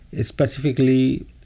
specifically